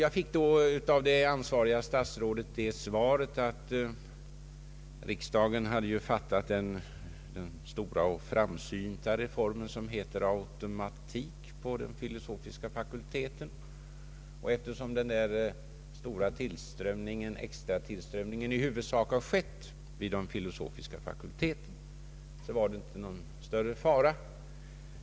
Jag fick av det då ansvariga statsrådet svaret, att riksdagen hade fattat beslut om en stor och framsynt reform som innebar en betryggande automatik i fråga om den filosofiska fakulteten. Eftersom den extra tillströmningen i huvudsak skett till de filosofiska fakulteterna var det, förklarade statsrådet, inte någon större fara.